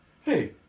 Hey